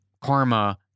karma